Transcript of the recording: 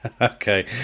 Okay